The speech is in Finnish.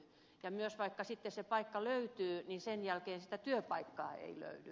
ja myös vaikka sitten se paikka löytyy sen jälkeen sitä työpaikkaa ei löydy